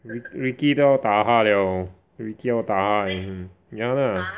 Ri~ Ricky 都要打她 liao Ricky 要打她 ya lah